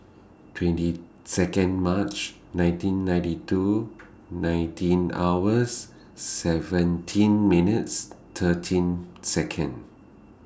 twenty Second March nineteen ninety two nineteen hours seventeen minutes thirteen Second